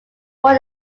were